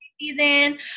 season